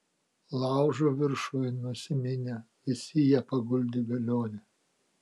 laužo viršuj nusiminę visi jie paguldė velionį